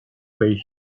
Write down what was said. pay